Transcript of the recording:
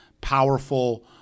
powerful